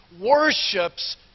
worships